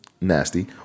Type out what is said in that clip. nasty